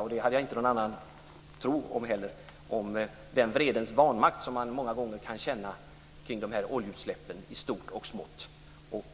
Jag hade heller inte någon annan tro om den vredens vanmakt man många gånger kan känna kring oljeutsläppen i stort och smått.